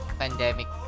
pandemic